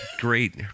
great